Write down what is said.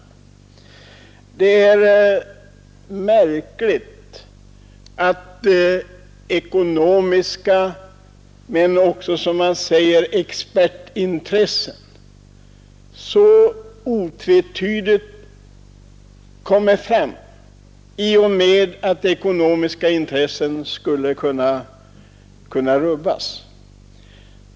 Det är märkligt att ekonomiska men också, som man säger, expertintressen så otvetydigt kommer fram i och med att ekonomiska positioner skulle kunna rubbas.